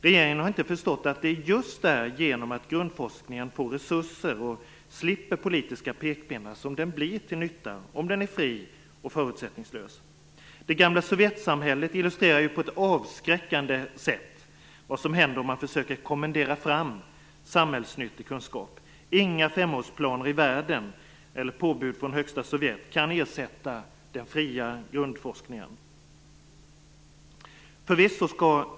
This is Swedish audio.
Regeringen har inte förstått att det är just genom att grundforskningen får resurser och slipper politiska pekpinnar som den blir till nytta om den är fri och förutsättningslös. Det gamla sovjetsamhället illustrerar ju på ett avskräckande sätt vad som händer om man försöker kommendera fram samhällsnyttig kunskap. Inga femårsplaner i världen eller påbud från högsta sovjet kan ersätta den fria grundforskningen.